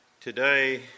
Today